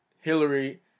Hillary